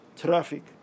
traffic